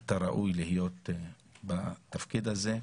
אתה ראוי להיות בתפקיד הזה,